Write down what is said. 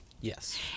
yes